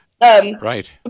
right